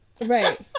right